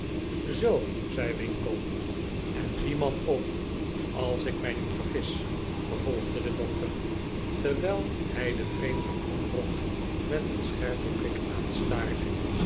zoo zei winkle en dien man ook als ik mij niet vergis vervolgde de dokter terwijl hij den vreemden groenrok met een scherpen blik aanstaarde